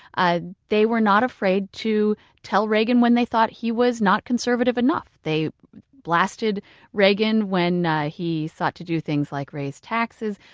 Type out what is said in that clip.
ah they were not afraid to tell reagan when they thought he was not conservative enough. they blasted reagan when he sought to do things like raise taxes.